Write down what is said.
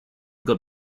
got